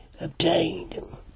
obtained